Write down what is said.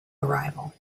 arrival